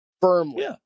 firmly